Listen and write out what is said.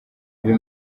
ibi